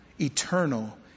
eternal